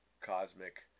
cosmic